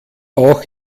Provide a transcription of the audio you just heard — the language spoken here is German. auch